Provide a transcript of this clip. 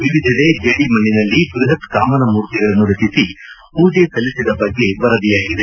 ವಿವಿಧಿಡೆ ಜೇಡಿಮಣ್ಣಿನಲ್ಲಿ ಬೃಹತ್ ಕಾಮನಮೂರ್ತಿಗಳನ್ನು ರಚಿಸಿ ಪೂಜೆ ಸಲ್ಲಿಸಿದ ಬಗ್ಗೆ ವರದಿಯಾಗಿದೆ